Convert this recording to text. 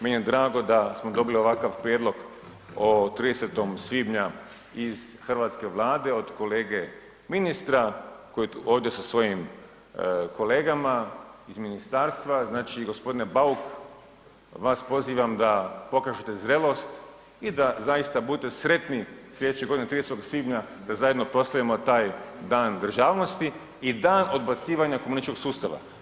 Meni je drago da smo dobili ovakav prijedlog o 30. svibnja iz Hrvatske vlade od kolege ministra koji je ovdje sa svojim kolegama iz ministarstva, znači gospodine Bauk vas pozivam da pokažete zrelost i da zaista budete sretni slijedeće godine 30. svibnja da zajedno proslavimo taj Dan državnosti i dan odbacivanja komunističkog sustava.